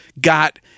got